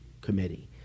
committee